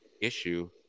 issue